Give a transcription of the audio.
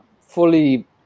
fully